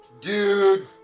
Dude